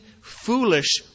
foolish